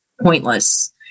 pointless